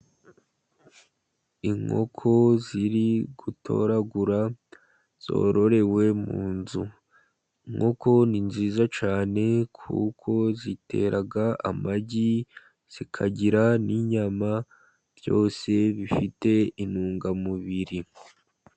Inkoko ziri gutoragura zororewe mu nzu. Inkoko ni nziza cyane kuko zitera amagi, zikagira n'inyama. Byose bifite intungamubiri.